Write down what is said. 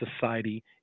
society